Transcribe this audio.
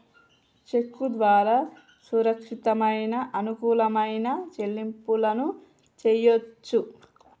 చెక్కు ద్వారా సురక్షితమైన, అనుకూలమైన చెల్లింపులను చెయ్యొచ్చు